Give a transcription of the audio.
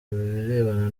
birebana